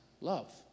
love